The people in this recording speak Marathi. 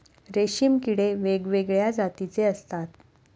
रेशीम किडे वेगवेगळ्या जातीचे असतात